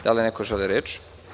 Da li neko želi reč?